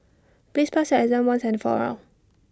please pass your exam once and for all